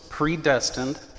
predestined